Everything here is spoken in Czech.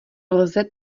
lze